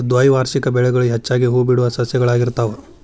ದ್ವೈವಾರ್ಷಿಕ ಬೆಳೆಗಳು ಹೆಚ್ಚಾಗಿ ಹೂಬಿಡುವ ಸಸ್ಯಗಳಾಗಿರ್ತಾವ